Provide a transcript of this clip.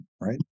right